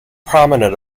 prominent